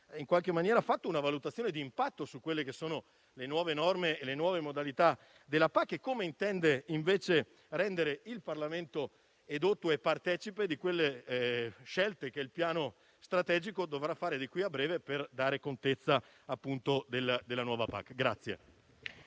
se lei abbia fatto una valutazione di impatto sulle nuove norme e le nuove modalità della PAC, e come intende rendere il Parlamento edotto e partecipe di quelle scelte che il Piano strategico dovrà fare di qui a breve per dare contezza della nuova PAC.